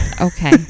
Okay